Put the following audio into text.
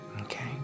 okay